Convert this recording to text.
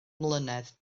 mlynedd